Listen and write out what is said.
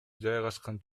жайгашкан